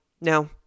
No